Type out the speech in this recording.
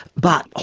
but, ah